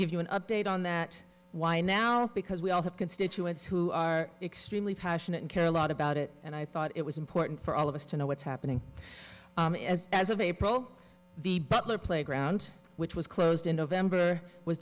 give you an update on that why now because we all have constituents who are extremely passionate and care a lot about it and i thought it was important for all of us to know what's happening as of april the butler playground which was closed in november was